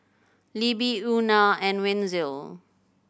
Libby Euna and Wenzel